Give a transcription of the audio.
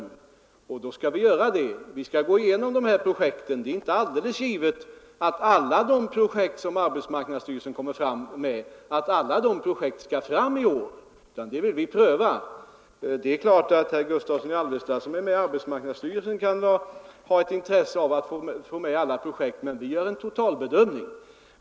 Men nu skall vi göra det — vi skall gå igenom projekten. Det är inte alldeles givet att alla de projekt som arbetsmarknadsstyrelsen kommer fram med verkligen skall fram nu. Den saken vill vi pröva. Herr Gustavsson i Alvesta, som är ledamot av arbetsmarknadsstyrelsen, kan självfallet ha ett intresse av att få med alla projekt — vi gör emellertid en totalbedömning.